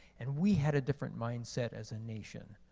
and we had a different mindset as a nation.